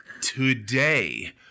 today